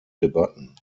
debatten